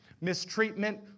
mistreatment